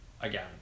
again